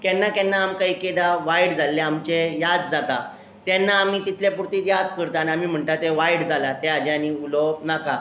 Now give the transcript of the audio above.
केन्ना केन्ना आमकां एकदां वायट जाल्लें आमचें याद जाता तेन्ना आमी तितले पुर्ती याद करता आनी आमी म्हणटा तें वायट जालां त्या हाजें आनी उलोवप नाका